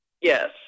Yes